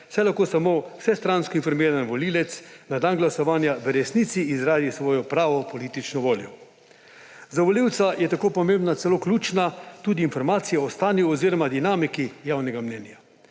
lahko samo vsestransko informiran volivec na dan glasovanja v resnici izrazi svojo pravo politično voljo. Za volivca je tako pomembna, celo ključna tudi informacija o stanju oziroma dinamiki javnega mnenja.